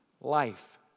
life